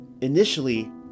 Initially